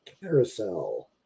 Carousel